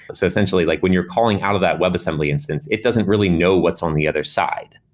but so essentially, like when you're calling out of that web assembly instance, it doesn't really know what's on the other side.